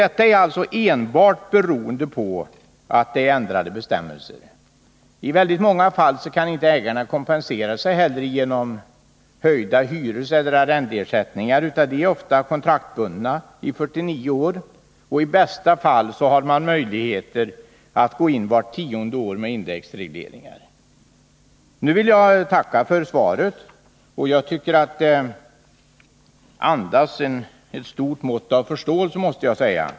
Detta är alltså enbart beroende på att bestämmelserna har ändrats. I väldigt många fall kan ägarna inte kompensera sig genom höjda hyreseller arrendeersättningar, eftersom de ofta är kontraktsbundna i 49 år. I bästa fall har man möjlighet att gå in vart tionde år med indexregleringar. Nu vill jag tacka för svaret, och jag tycker att det andas ett stort mått av förståelse, måste jag säga.